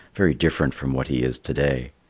very different from what he is to-day.